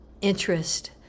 interest